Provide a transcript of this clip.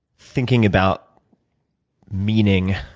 thinking about meaning,